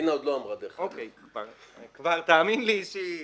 תאמין לי,